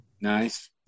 Nice